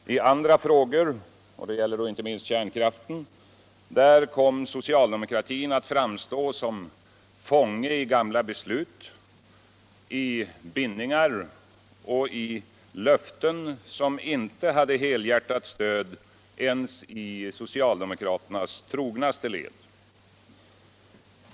I andra frägor — inte minst gäller detua kärnkraften - kom soctaldemokratin att framstå som fånge i gamta beslut, bindningar och löften. som inte hade helhjärtat stöd ens i socialdemokraternus trognaste Ied.